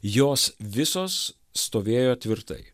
jos visos stovėjo tvirtai